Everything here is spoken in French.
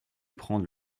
prendre